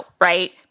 Right